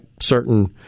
certain